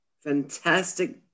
Fantastic